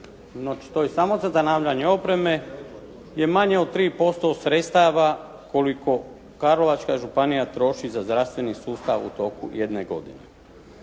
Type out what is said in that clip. to je samo za zanavljanje opreme je manje od 3% sredstava koliko Karlovačka županija troši za zdravstveni sustav u toku jedne godine.